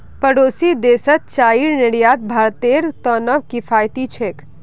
पड़ोसी देशत चाईर निर्यात भारतेर त न किफायती छेक